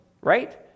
right